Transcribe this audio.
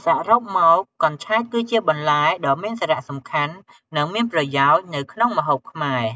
សរុបមក កញ្ឆែតគឺជាបន្លែដ៏មានសារៈសំខាន់ និងមានប្រយោជន៍នៅក្នុងម្ហូបខ្មែរ។